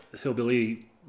hillbilly